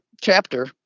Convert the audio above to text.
chapter